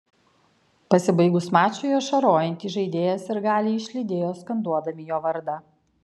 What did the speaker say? pasibaigus mačui ašarojantį žaidėją sirgaliai išlydėjo skanduodami jo vardą